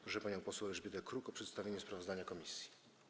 Proszę panią poseł Elżbietę Kruk o przedstawienie sprawozdania komisji.